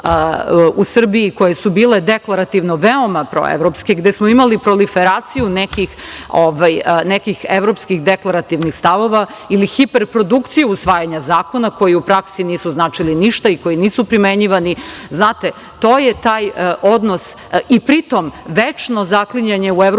u Srbiji, koje su bile deklarativno veoma proevropske, gde smo imali proliferaciju nekih evropskih deklarativnih stavova ili hiperprodukciju usvajanja zakona koji u praksi nisu značili ništa i koji nisu primenjivani, a pri tom večno zaklinjanje u EU,